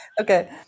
Okay